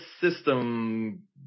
system